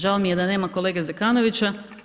Žao mi je da nema kolege Zekanovića.